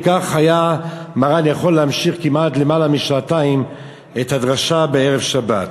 וכך היה מרן יכול להמשיך כמעט למעלה משעתיים את הדרשה בערב שבת.